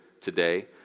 today